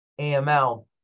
AML